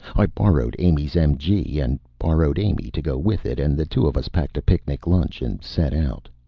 i borrowed amy's mg, and borrowed amy to go with it, and the two of us packed a picnic lunch and set out.